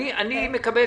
הגישו את